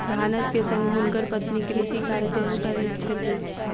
भानस के संग हुनकर पत्नी कृषि कार्य सेहो करैत छथि